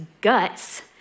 guts